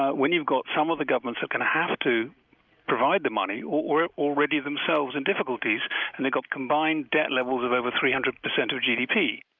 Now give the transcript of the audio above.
when you've got some of the government are going to have to provide the money already themselves in difficulties and they've got combined debt levels of over three hundred percent of gdp.